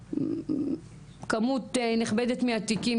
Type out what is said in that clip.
שכמות נכבדת מהתיקים,